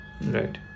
Right